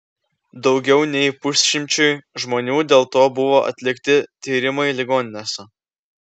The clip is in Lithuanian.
daugiau nei pusšimčiui žmonių dėl to buvo atlikti tyrimai ligoninėse